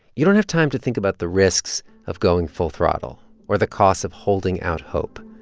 you don't have time to think about the risks of going full throttle or the costs of holding out hope.